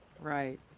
Right